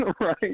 right